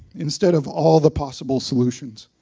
instead of all the possible solutions.